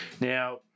Now